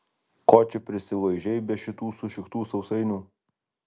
ko čia prisilaižei be šitų sušiktų sausainių